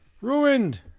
Ruined